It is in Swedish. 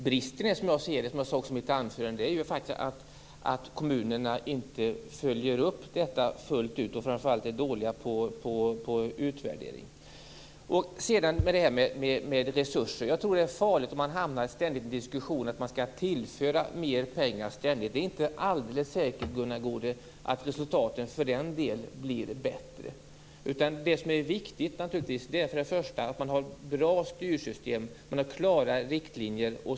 Bristen är, som jag sade i mitt anförande, att kommunerna inte följer upp detta fullt ut. Framför allt är man dåliga på utvärdering. Sedan har vi detta med resurser. Jag tror att det är farligt om man ständigt hamnar i en diskussion om att man skall tillföra mer pengar. Det är inte alldeles säkert, Gunnar Goude, att resultaten blir bättre då. Det viktiga är att man har bra styrsystem och klara riktlinjer.